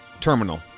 Terminal